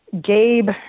Gabe